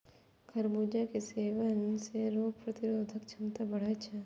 खरबूजा के सेवन सं रोग प्रतिरोधक क्षमता बढ़ै छै